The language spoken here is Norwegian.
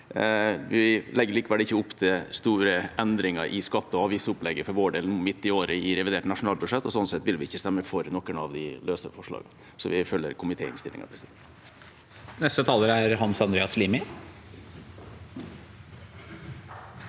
likevel ikke opp til store endringer i skatteog avgiftsopplegget for vår del midt i året i revidert nasjonalbudsjett, og sånn sett vil vi ikke stemme for noen av de løse forslagene. Vi følger komiteens innstilling.